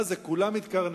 מה זה, כולם התקרנפו?